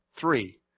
three